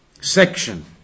section